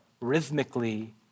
rhythmically